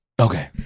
Okay